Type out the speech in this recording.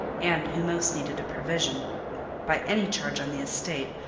and who most needed a provision by any charge on the estate,